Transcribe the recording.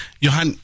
Johan